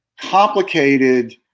complicated